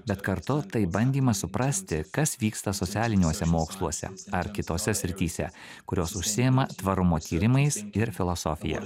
bet kartu tai bandymas suprasti kas vyksta socialiniuose moksluose ar kitose srityse kurios užsiima tvarumo tyrimais ir filosofija